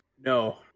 No